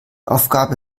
aufgabe